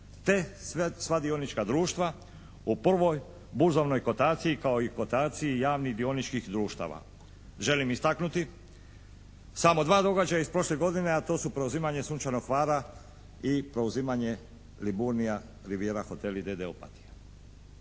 te sva dionička društva u prvoj burzovnoj kotaciji kao i kotaciji javnih dioničkih društava. Želim istaknuti samo dva događaja iz prošle godine, a to su preuzimanje "Sunčanog Hvara" i preuzimanje "Liburnija rivijera hoteli" d.d. Opatija.